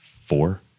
four